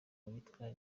yitwa